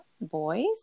boys